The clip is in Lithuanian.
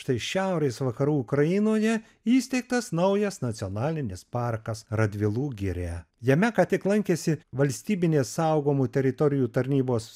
štai šiaurės vakarų ukrainoje įsteigtas naujas nacionalinis parkas radvilų giria jame ką tik lankėsi valstybinės saugomų teritorijų tarnybos